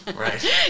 Right